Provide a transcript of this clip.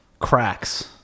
cracks